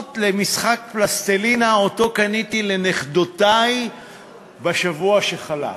למשחק פלסטלינה שקניתי לנכדותי בשבוע שחלף: